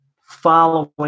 following